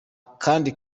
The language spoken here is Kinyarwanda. kandi